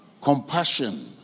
compassion